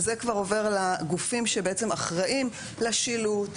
שזה כבר עובר לגופים שאחראים לשילוט,